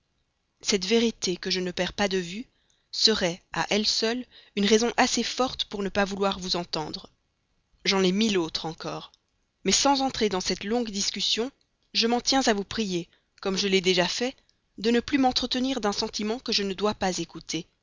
cette vérité que je ne perds pas de vue serait à elle seule une raison assez forte pour ne pas vouloir vous entendre j'en ai mille autres encore mais sans entrer dans cette longue discussion je m'en tiens à vous prier comme je l'avais déjà fait de ne plus m'entretenir d'un sentiment que je ne dois pas écouter